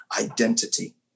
identity